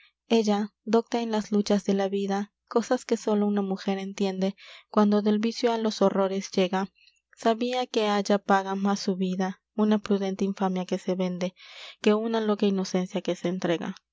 ella docta en las luchas de la vida cosas que sólo una mujer entiende cuando del vicio á los horrores llega sabía que halla paga más subida una prudente infamia que se vende que una loca inocencia que se entrega